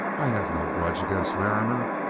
i have no grudge against larrimer.